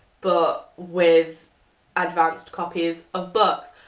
but with advanced copies of books.